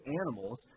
animals